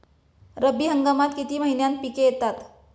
रब्बी हंगामात किती महिन्यांत पिके येतात?